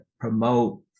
promote